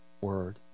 word